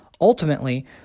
Ultimately